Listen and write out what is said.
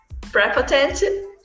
prepotent